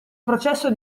processo